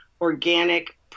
organic